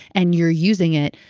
and you're using it.